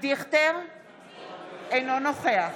אינו נוכח